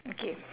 okay